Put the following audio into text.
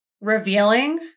revealing